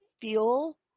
feel